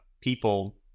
people